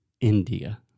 India